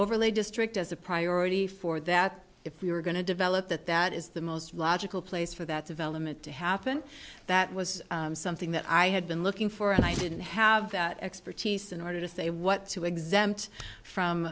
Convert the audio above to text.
overlay district as a priority for that if we were going to develop that that is the most logical place for that development to happen that was something that i had been looking for and i didn't have that expertise in order to say what to exempt from